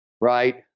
right